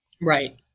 Right